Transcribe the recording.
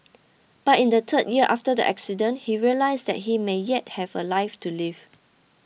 but in the third year after the accident he realised that he may yet have a life to live